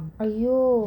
!aiyo!